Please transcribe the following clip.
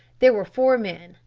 there were four men.